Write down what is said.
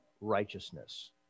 righteousness